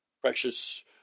precious